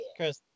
Chris